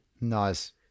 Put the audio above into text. nice